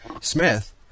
smith